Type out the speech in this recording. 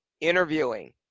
interviewing